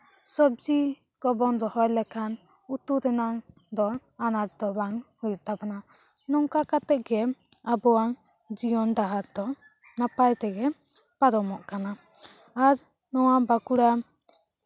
ᱥᱚᱵᱡᱤ ᱠᱚᱵᱚᱱ ᱨᱚᱦᱚᱭ ᱞᱮᱠᱷᱟᱱ ᱩᱛᱩ ᱨᱮᱱᱟᱝ ᱫᱚ ᱟᱱᱟᱴ ᱫᱚ ᱵᱟᱝ ᱦᱩᱭᱩᱜ ᱛᱟᱵᱳᱱᱟ ᱱᱚᱝᱠᱟ ᱠᱟᱛᱮᱜ ᱜᱮ ᱟᱵᱚᱣᱟᱜ ᱡᱤᱭᱚᱱ ᱰᱟᱦᱟᱨ ᱫᱚ ᱱᱟᱯᱟᱭ ᱛᱮᱜᱮ ᱯᱟᱨᱚᱢᱚᱜ ᱠᱟᱱᱟ ᱟᱨ ᱱᱚᱣᱟ ᱵᱟᱸᱠᱩᱲᱟ